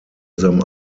them